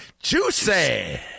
Juicy